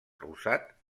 rosat